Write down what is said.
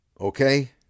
okay